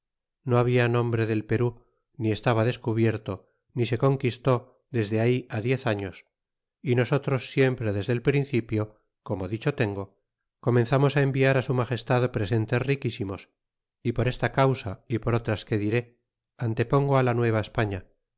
no habla nombre del perú ni estaba descubierto ni se conquistó desde ahí diez años y nosotros siempre desde el principio como dicho tengo comenzmos enviar su mageslad presentes riquísimos y por esta causa y por otras que diré antepongo la